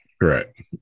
correct